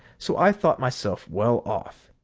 so i thought myself well off.